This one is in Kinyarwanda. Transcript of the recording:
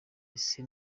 ise